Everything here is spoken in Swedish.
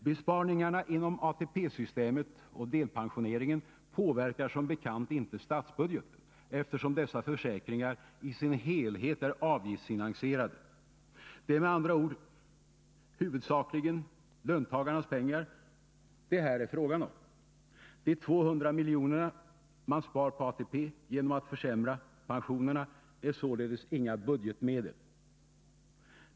Besparingarna inom ATP-systemet och delpensioneringen påverkar som bekant inte statsbudgeten, eftersom dessa försäkringar i sin helhet är avgiftsfinansierade. Det är med andra ord huvudsakligen löntagarnas pengar det är frågan om. De 200 milj.kr. man spar på ATP genom att försämra pensionerna är således inga budgetmedel.